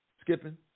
skipping